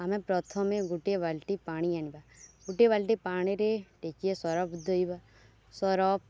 ଆମେ ପ୍ରଥମେ ଗୋଟିଏ ବାଲ୍ଟି ପାଣି ଆଣିବା ଗୋଟିଏ ବାଲ୍ଟି ପାଣିରେ ଟିକିଏ ସରଫ ଧୋଇବା ସରଫ